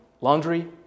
laundry